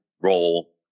role